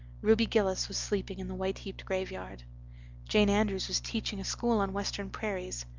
ruby gillis was sleeping in the white-heaped graveyard jane andrews was teaching a school on western prairies.